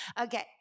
Okay